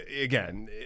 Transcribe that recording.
again